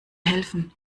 helfen